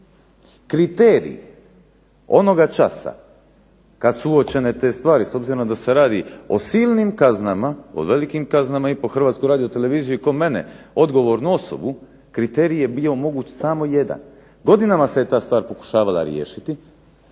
Kriterij onoga časa kad su uočene te stvari, s obzirom da se radi o silnim kaznama, o velikim kaznama i po Hrvatskoj radioteleviziji kao mene odgovornu osobu, kriterij je bio moguć samo jedan. Godinama se ta stvar pokušavala riješiti